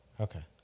Okay